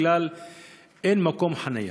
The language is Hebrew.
כי אין מקום חניה.